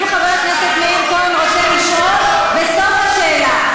אם חבר הכנסת מאיר כהן רוצה לשאול, בסוף השאלה.